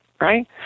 right